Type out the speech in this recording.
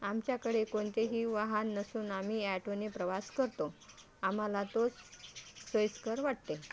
आमच्याकडे कोणतेही वाहन नसून आम्ही ॲटोनी प्रवास करतो आम्हाला तोच सोयीस्कर वाटते